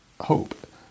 hope